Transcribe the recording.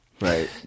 Right